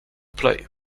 play